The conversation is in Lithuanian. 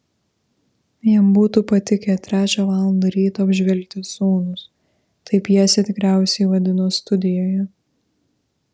jam būtų patikę trečią valandą ryto apžvelgti sūnus taip pjesę tikriausiai vadino studijoje